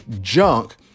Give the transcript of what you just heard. junk